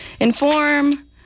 inform